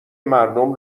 مردم